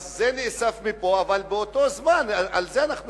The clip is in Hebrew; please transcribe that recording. אז זה נאסף מפה.